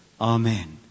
Amen